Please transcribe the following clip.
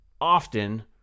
often